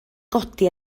godi